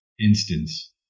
instance